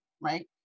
right